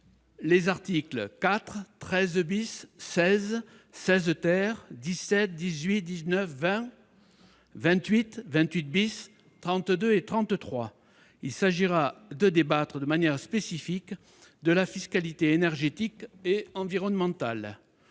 les articles 4, 13, 16, 16, 17, 18, 19, 20, 28, 28, 32 et 33. Il s'agira de débattre de manière spécifique de la fiscalité énergétique et environnementale.